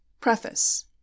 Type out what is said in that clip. Preface